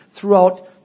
throughout